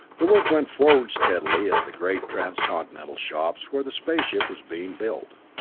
the work went forward steadily at the great transcontinental shops where the space ship was being built.